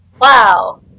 Wow